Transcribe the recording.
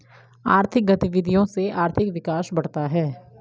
आर्थिक गतविधियों से आर्थिक विकास बढ़ता है